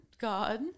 God